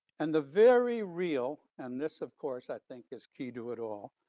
and the very real and this, of course, i think, is key to it all.